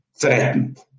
threatened